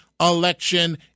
election